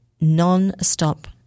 non-stop